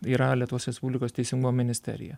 yra lietuvos respublikos teisingumo ministerija